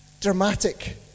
dramatic